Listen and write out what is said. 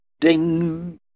Ding